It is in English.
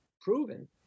proven